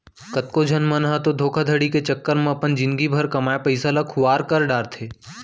कतको झन मन ह तो धोखाघड़ी के चक्कर म अपन जिनगी भर कमाए पइसा ल खुवार कर डारथे